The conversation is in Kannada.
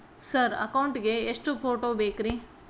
ಸರ್ ಅಕೌಂಟ್ ಗೇ ಎಷ್ಟು ಫೋಟೋ ಬೇಕ್ರಿ?